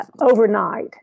overnight